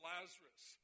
Lazarus